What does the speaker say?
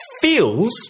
feels